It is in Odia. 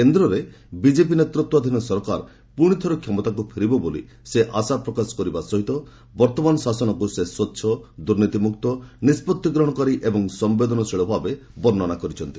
କେନ୍ଦ୍ରରେ ବିକେପି ନେତୃତ୍ୱାଧୀନ ସରକାର ପୁଣି ଥରେ କ୍ଷମତାକୁ ଫେରିବ ବୋଲି ସେ ଆଶା ପ୍ରକାଶ କରିବା ସହିତ ବର୍ତ୍ତମାନ ଶାସନକୁ ସେ ସ୍ୱଚ୍ଚ ଦୁର୍ନୀତିମୁକ୍ତ ନିଷ୍କଭି ଗ୍ରହଣକାରୀ ଏବଂ ସମ୍ଭେଦନଶୀଳ ଭାବେ ବର୍ଷ୍ଣନା କରିଛନ୍ତି